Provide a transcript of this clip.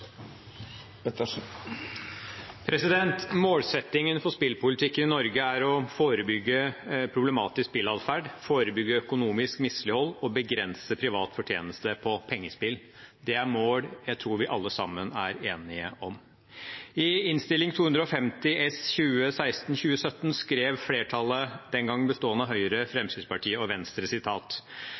Norge er å forebygge problematisk spilleatferd, forebygge økonomisk mislighold og begrense privat fortjeneste på pengespill. Det er et mål jeg tror vi alle sammen er enige om. I Innst. 250 S for 2016–2017 skrev flertallet, den gangen bestående av Høyre og Fremskrittspartiet: